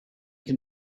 can